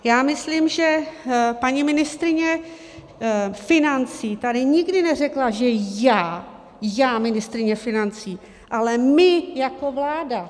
Já myslím, že paní ministryně financí tady nikdy neřekla, že já, já ministryně financí, ale my jako vláda.